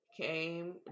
came